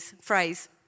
phrase